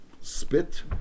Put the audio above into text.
spit